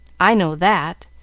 i know that.